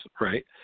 Right